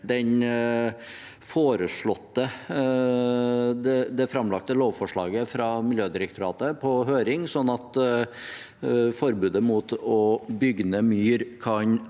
det framlagte lovforslaget fra Miljødirektoratet på høring, sånn at forbudet mot å bygge ned myr kan